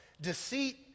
deceit